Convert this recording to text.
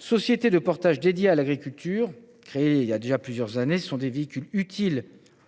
sociétés de portage dédiées à l’agriculture, créées il y a déjà plusieurs années, constituent des véhicules utiles